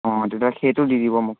অঁ তেতিয়া সেইটো দি দিব মোক